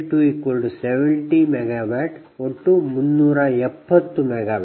PL1300 MW PL270 MW ಒಟ್ಟು 370 MW